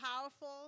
powerful